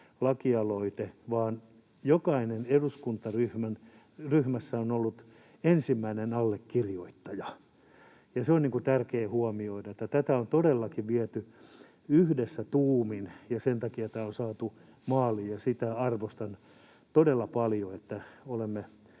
lakialoite, vaan jokaisessa eduskuntaryhmässä on ollut ensimmäinen allekirjoittaja. Se on tärkeää huomioida, että tätä on todellakin viety yhdessä tuumin, ja sen takia tämä on saatu maaliin, ja sitä arvostan todella paljon, että olemme